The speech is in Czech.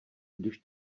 když